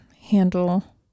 handle